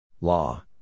Law